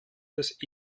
des